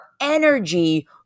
energy